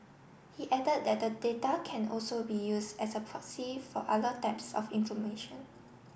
he added that the data can also be use as a proxy for other types of information